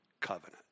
covenant